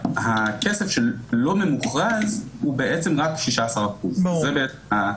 הכסף שלא ממוכרז הוא רק 16%. ברור,